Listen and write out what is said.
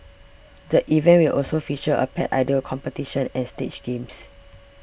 the event will also feature a Pet Idol competition and stage games